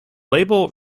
label